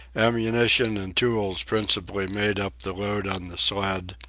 ammunition and tools principally made up the load on the sled,